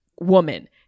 woman